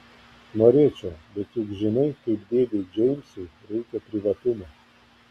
norėčiau bet juk žinai kaip dėdei džeimsui reikia privatumo